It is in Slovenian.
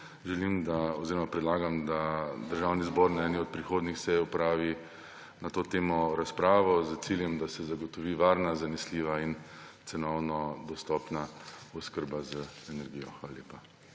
in aktualna, predlagam, da Državni zbor na eni od prihodnjih sej opravi na to temo razpravo s ciljem, da se zagotovi varna, zanesljiva in cenovno dostopna oskrba z energijo. Hvala lepa.